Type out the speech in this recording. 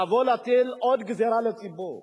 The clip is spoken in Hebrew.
לבוא להטיל עוד גזירה על הציבור,